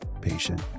patient